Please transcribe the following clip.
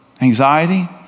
anxiety